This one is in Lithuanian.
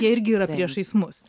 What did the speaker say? jie irgi yra priešais mus